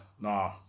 nah